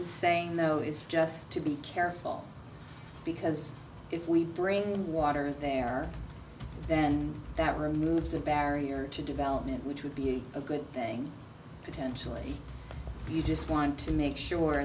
is saying though is just to be careful because if we bring water there then that removes a barrier to development which would be a good thing potentially you just want to make sure